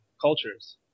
cultures